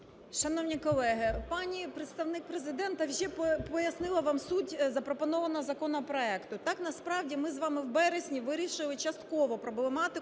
Шановні колеги, пані Представник Президента вже пояснила вам суть запропонованого законопроекту. Так, насправді ми з вами в березні вирішили частково проблематику